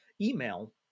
email